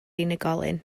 unigolyn